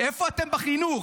איפה אתם בחינוך?